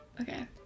okay